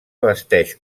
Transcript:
vesteix